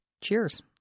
Cheers